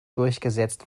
durchgesetzt